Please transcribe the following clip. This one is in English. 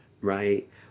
right